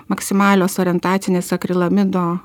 maksimalios orientacinės akrilamido